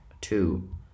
Two